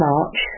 March